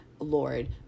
Lord